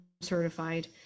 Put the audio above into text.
certified